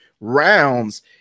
rounds